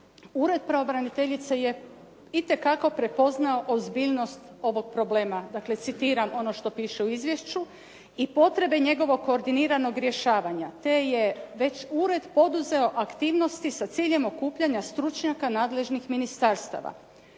Ured pravobraniteljice je itekako prepoznao ozbiljnost ovog problema, dakle citiram ono što piše u izvješću: "… i potrebe njegovog koordiniranog rješavanja te je već Ured poduzeo aktivnosti sa ciljem okupljanja stručnjaka nadležnih ministarstava."